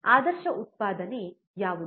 ಆದರ್ಶ ಉತ್ಪಾದನೆ ಯಾವುದು